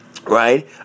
right